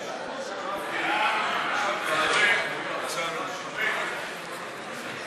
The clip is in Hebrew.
הצעת ועדת הכנסת להעביר את פרק ח',